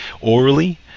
Orally